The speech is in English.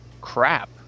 crap